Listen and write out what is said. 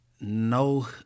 no